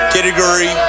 Category